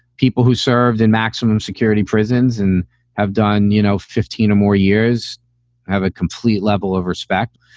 people who served in maximum security prisons and have done, you know, fifteen or more years have a complete level of respect.